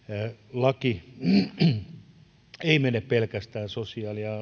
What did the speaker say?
laki ei mene pelkästään sosiaali ja